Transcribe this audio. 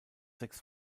sechs